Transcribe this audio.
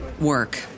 work